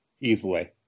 easily